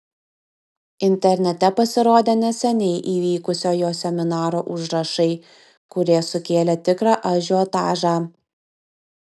internete pasirodė neseniai įvykusio jo seminaro užrašai kurie sukėlė tikrą ažiotažą